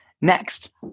Next